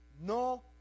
no